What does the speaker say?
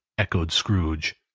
echoed scrooge.